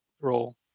role